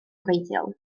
gwreiddiol